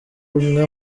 umwe